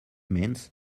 means